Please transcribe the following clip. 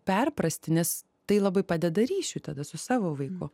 perprasti nes tai labai padeda ryšiui tada su savo vaiku